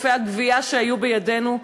עודפי הגבייה שהיו בידינו,